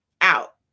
out